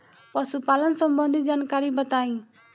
पशुपालन सबंधी जानकारी बताई?